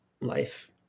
life